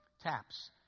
Taps